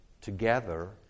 together